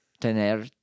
tener